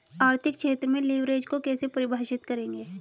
आर्थिक क्षेत्र में लिवरेज को कैसे परिभाषित करेंगे?